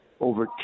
over